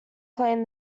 playing